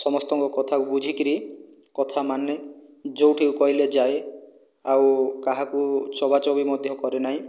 ସମସ୍ତଙ୍କ କଥା ବୁଝିକିରି କଥା ମାନେ ଯେଉଁଠି କହିଲେ ଯାଏ ଆଉ କାହାକୁ ଚବା ଚବି ମଧ୍ୟ କରେ ନାହିଁ